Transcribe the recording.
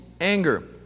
Anger